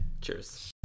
Cheers